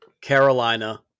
Carolina